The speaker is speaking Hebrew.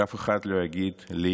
שאף אחד לא יגיד לי